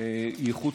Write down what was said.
היא איכות,